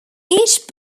each